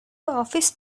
office